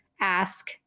ask